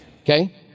okay